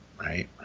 right